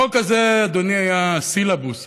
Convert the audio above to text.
החוק הזה, אדוני, היה הסילבוס,